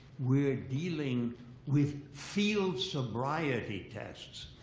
we're dealing with field sobriety tests.